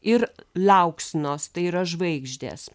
ir liauksnos tai yra žvaigždės